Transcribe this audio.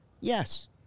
Yes